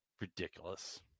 Ridiculous